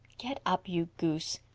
get up, you goose.